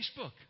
Facebook